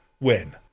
win